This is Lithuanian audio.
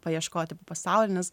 paieškoti pasauly nes